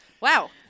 Wow